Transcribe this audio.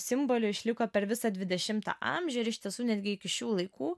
simboliu išliko per visą dvidešimtą amžių ir iš tiesų netgi iki šių laikų